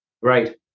Right